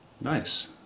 nice